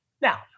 Now